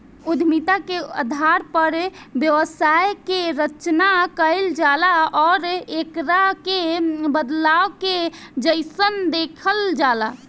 उद्यमिता के आधार पर व्यवसाय के रचना कईल जाला आउर एकरा के बदलाव के जइसन देखल जाला